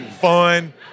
fun